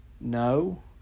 No